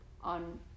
on